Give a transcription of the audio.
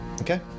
Okay